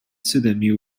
tsunami